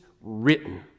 written